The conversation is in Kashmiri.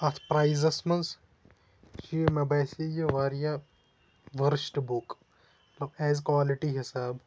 اَتھ پرایزَس منٛز چھِ یہٕ مےٚ باسے یہٕ ورسٹ بُک مَطلَب ایز کالِٹی حِسابہِ